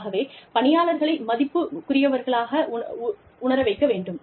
ஆகவே பணியாளர்களை மதிப்பிற்குரியவராக உணர வைக்க வேண்டும்